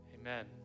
amen